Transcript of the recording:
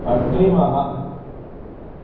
अग्रिमः